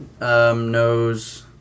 knows